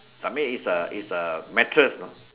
submit is a is a mattress you know